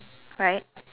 right